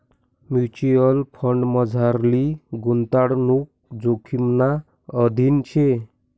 mutual फंडमझारली गुताडणूक जोखिमना अधीन शे